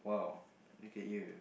!wow! look at you